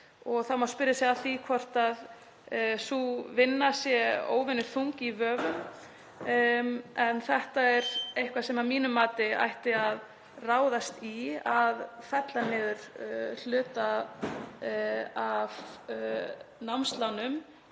og það má spyrja sig að því hvort sú vinna sé óvenjuþung í vöfum. En þetta er eitthvað sem að mínu mati ætti að ráðast í, að fella niður hluta af námslánum